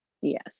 Yes